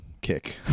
kick